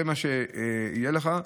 זה מה שיהיה לך.